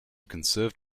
conserved